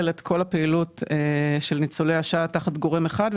את כל הפעילות של ניצולי השואה תחת גורם אחד.